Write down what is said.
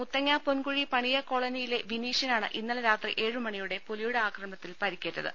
മുത്തങ്ങ പൊൻകുഴി പണിയ കോളനിയിലെ വിനീഷിനാണ് ഇന്നലെ രാത്രി ഏഴു മണിയോടെ പുലിയുടെ ആക്രമണത്തിൽ പരുക്കേറ്റത്